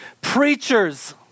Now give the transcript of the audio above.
Preachers